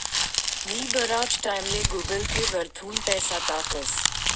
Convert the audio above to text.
मी बराच टाईमले Google Pay वरथून पैसा टाकस